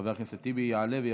חבר הכנסת טיבי יעלה ויבוא.